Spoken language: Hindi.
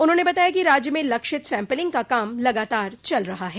उन्होंने बतायाकि राज्य में लक्षित सैम्पलिंग का काम लगातार चल रहा है